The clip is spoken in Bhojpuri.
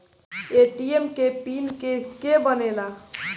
ए.टी.एम के पिन के के बनेला?